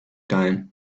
time